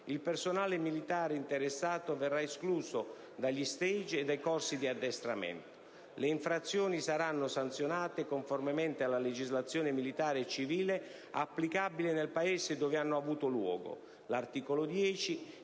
il personale militare interessato verrà escluso dagli *stage* e dai corsi di addestramento. Le infrazioni saranno sanzionate conformemente alla legislazione militare e civile applicabile nel Paese dove hanno avuto luogo.